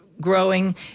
Growing